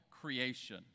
creation